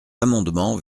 amendement